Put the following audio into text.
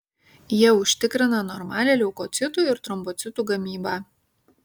jie užtikrina normalią leukocitų ir trombocitų gamybą